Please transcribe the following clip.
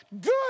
Good